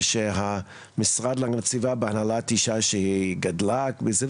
שהמשרד נמצא בהנהלת אישה שגדלה בזה.